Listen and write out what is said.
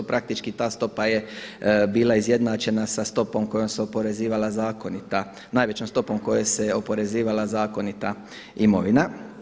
Praktički ta stopa je bila izjednačena sa stopom kojom se oporezivala zakonita, najvećom stopom kojom se oporezivala zakonita imovina.